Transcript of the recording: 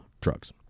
drugs